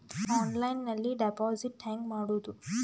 ಆನ್ಲೈನ್ನಲ್ಲಿ ಡೆಪಾಜಿಟ್ ಹೆಂಗ್ ಮಾಡುದು?